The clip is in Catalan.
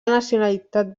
nacionalitat